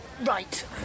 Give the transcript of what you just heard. Right